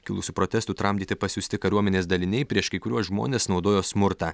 kilusių protestų tramdyti pasiųsti kariuomenės daliniai prieš kai kuriuos žmones naudojo smurtą